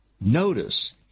Notice